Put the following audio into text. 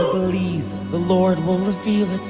ah believe the lord will reveal it.